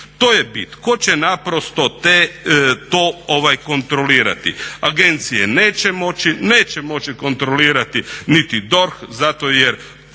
To je bit, tko će naprosto to kontrolirati. Agencije neće moći, neće moći kontrolirati niti DORH zato jer